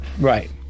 Right